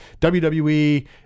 WWE